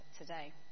today